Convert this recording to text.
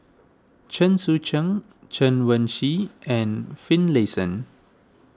Chen Sucheng Chen Wen Hsi and Finlayson